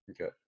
Okay